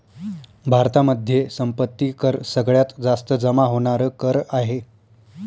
भारतामध्ये संपत्ती कर सगळ्यात जास्त जमा होणार कर आहे